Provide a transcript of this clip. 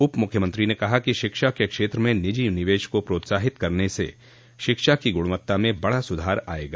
उप मुख्यमंत्री ने कहा शिक्षा के क्षेत्र में निजी निवेश को प्रोत्साहित करने से शिक्षा की गुणवत्ता में बड़ा सुधार आयेगा